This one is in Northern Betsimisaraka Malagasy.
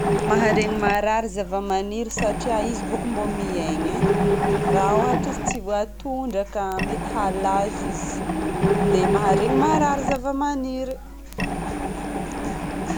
Maharegny marary zavamaniry satria izy boko mba miaina e. Raha ôhatra izy tsy voatondraka mety halazo izy. Dia maharegny marary zavamaniry.